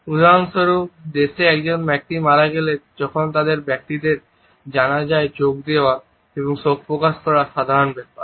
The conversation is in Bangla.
উদাহরণস্বরূপ কিছু দেশে যখন একজন ব্যক্তি মারা যায় তখন ব্যক্তিদের জানাজায় যোগ দেওয়া এবং শোক প্রকাশ করা সাধারণ ব্যাপার